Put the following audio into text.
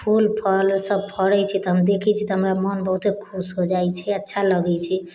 फूल फल सभ फड़ै छै तऽ हम देखै छी तऽ हमरा मोन बहुते खुश हो जाइ छै अच्छा लगै छै